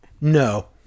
No